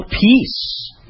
peace